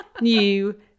new